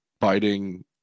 biting